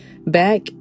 back